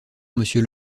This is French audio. monsieur